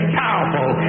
powerful